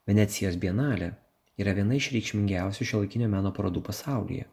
venecijos bienalė yra viena iš reikšmingiausių šiuolaikinio meno parodų pasaulyje